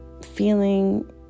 feeling